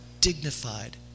dignified